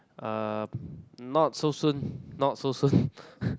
um not so soon not so soon